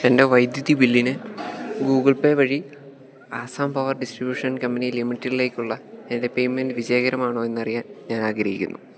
എൻ്റെ വൈദ്യുതി ബില്ലിന് ഗൂഗിൾ പേ വഴി അസം പവർ ഡിസ്ട്രിബ്യൂഷൻ കമ്പനി ലിമിറ്റഡിലേക്കുള്ള എൻ്റെ പേയ്മെൻ്റ് വിജയകരമാണോ എന്നറിയാൻ ഞാൻ ആഗ്രഹിക്കുന്നു